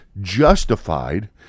justified